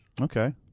Okay